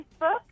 Facebook